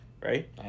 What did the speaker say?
right